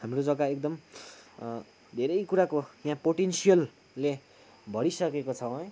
हाम्रो जग्गा एकदम धेरै कुराको यहाँ पोटेन्सियलले भरिसकेको छौँ है